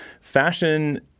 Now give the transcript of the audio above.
Fashion